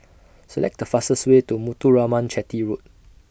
Select The fastest Way to Muthuraman Chetty Road